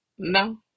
No